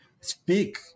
speak